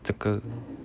这个